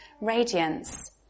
radiance